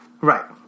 Right